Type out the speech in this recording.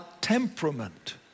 temperament